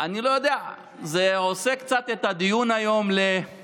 אני לא יודע, זה עושה קצת את הדיון היום יש